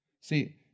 See